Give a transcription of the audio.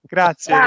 Grazie